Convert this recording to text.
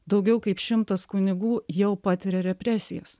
daugiau kaip šimtas kunigų jau patiria represijas